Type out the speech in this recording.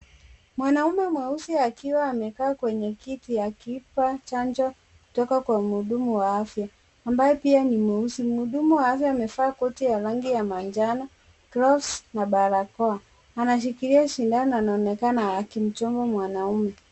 Mwanaume mweusi akiwa amekaa kwenye kiti akipata chanjo kutoka kwenye mhudumu wa afya ambaye pia ni mweusi, mhudumu wa afya amevaa kotiya rangi ya manjano ,glove na barakoa anashikilia sindano na anaonekana akimchoma mwanaume.